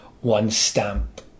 one-stamp